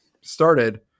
started